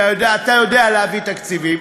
ואתה יודע להביא תקציבים,